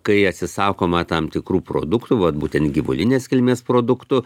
kai atsisakoma tam tikrų produktų vat būtent gyvulinės kilmės produktų